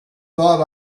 thought